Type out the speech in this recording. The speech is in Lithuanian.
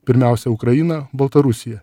pirmiausia ukrainą baltarusiją